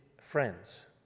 friends